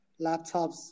laptops